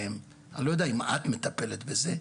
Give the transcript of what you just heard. אני לא יודע אם את מטפלת בזה,